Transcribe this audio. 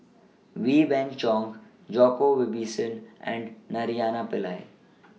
Wee Beng Chong Djoko Wibisono and Naraina Pillai